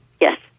Yes